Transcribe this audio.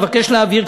אבקש להבהיר,